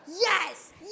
yes